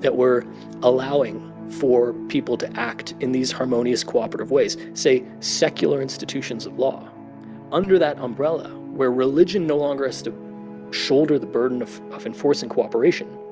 that were allowing for people to act in these harmonious, cooperative ways say, secular institutions of law under that umbrella where religion no longer has to shoulder the burden of of enforcing cooperation,